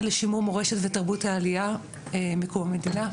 לשימור מורשת ותרבות העלייה מקום המדינה,